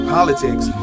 Politics